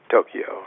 Tokyo